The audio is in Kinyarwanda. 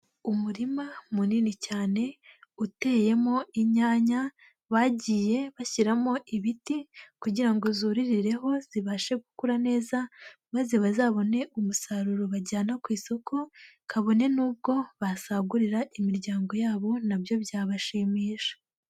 Umurima munini cyane uteyemo inyanya bagiye bashyiramo ibiti kugira ngo zoririreho zibashe gukura neza maze bazabone umusaruro bajyana ku isoko kabone n'ubwo basagurira imiryango yabo na byo byabashimisha.